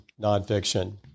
nonfiction